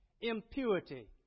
impurity